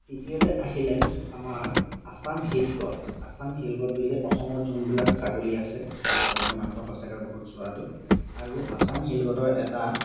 তৃতীয়তে আহিলে আমাৰ Assam hill goat Assam hill goat বুলি অসমত যোনবিলাক ছাগলী আছে সেই ছাগলী মাংস সঁচাকৈ বহুত স্বাদো আৰু আছাম হিল গটৰ এটা